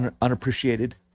unappreciated